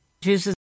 Jesus